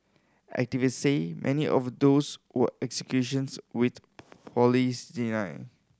activists say many of those were executions which police deny